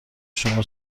شما